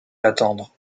attendre